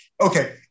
Okay